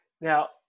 Now